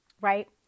right